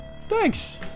Thanks